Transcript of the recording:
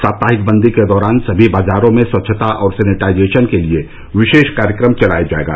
साप्ताहिक बंदी के दौरान सभी बाजारों में स्वच्छता और सैनिटाइजेशन के लिए विशेष कार्यक्रम चलाया जाएगा